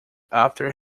after